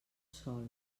sol